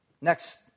Next